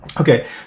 Okay